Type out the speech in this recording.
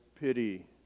pity